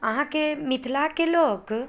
अहाँके मिथिलाके लोक